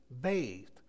bathed